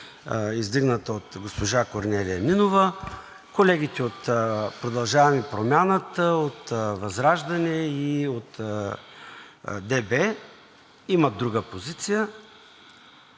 издигната от госпожа Корнелия Нинова, колегите от „Продължаваме Промяната“, от ВЪЗРАЖДАНЕ и от ДБ имат друга позиция.